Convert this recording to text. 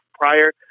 prior